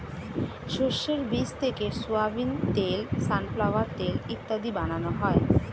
শস্যের বীজ থেকে সোয়াবিন তেল, সানফ্লাওয়ার তেল ইত্যাদি বানানো হয়